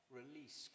release